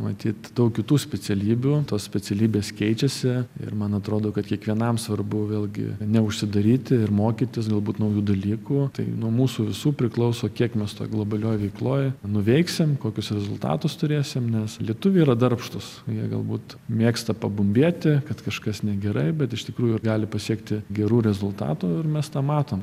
matyt daug kitų specialybių tos specialybės keičiasi ir man atrodo kad kiekvienam svarbu vėlgi neužsidaryti ir mokytis galbūt naujų dalykų tai nuo mūsų visų priklauso kiek mes toj globalioj veikloj nuveiksim kokius rezultatus turėsim nes lietuviai yra darbštūs jie galbūt mėgsta pabumbėti kad kažkas negerai bet iš tikrųjų ir gali pasiekti gerų rezultatų ir mes tą matom